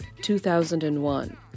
2001